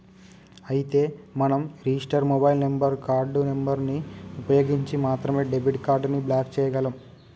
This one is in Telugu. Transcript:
అయితే మనం register mobile number card number ని ఉపయోగించి మాత్రమే డెబిట్ కార్డు ని బ్లాక్ చేయగలం